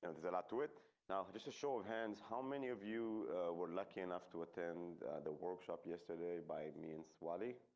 um there's a lot to it now, just a show of hands. how many of you were lucky enough to attend the workshop yesterday by mean swae lee.